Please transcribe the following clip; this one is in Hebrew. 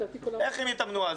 איך הם יתאמנו?